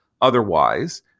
otherwise